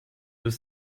deux